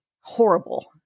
horrible